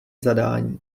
zadání